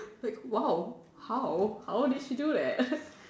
like !wow! how how did you do that